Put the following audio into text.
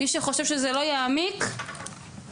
מי שחושב שזה לא יעמיק מתבלבל.